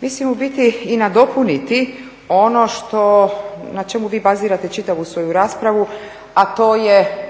mislim u biti i nadopuniti ono što, na čemu vi bazirate čitavu svoju raspravu a to je